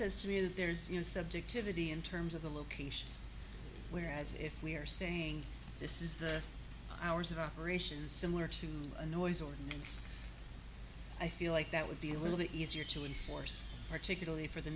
says to me that there's you know subjectivity in terms of the location whereas if we're saying this is the hours of operation similar to my noise ordinance i feel like that would be a little bit easier to enforce particularly for the